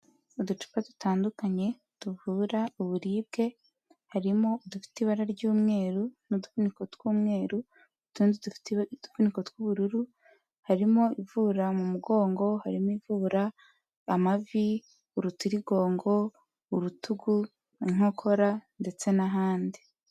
Uducupa dutandukanye tuvura uburibwe harimo udufite ibara ry'umweru n'udutpfuniko tw'umweru, utundi dufite udufuniko tw'ubururu, harimo ivura mu mugongo, harimo ivura amavi, urutirigongo, urutugu, inkokora ndetse n'ahandi.